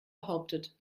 behauptet